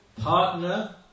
partner